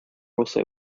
also